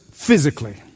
physically